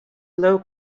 low